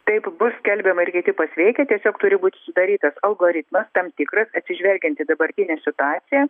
taip bus skelbiama ir kiti pasveikę tiesiog turi būt sudarytas algoritmas tam tikras atsižvelgiant į dabartinę situaciją